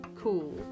cool